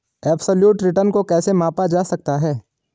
Absolute return को कैसे मापा जा सकता है?